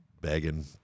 begging